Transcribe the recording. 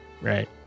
right